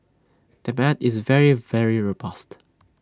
demand is very very robust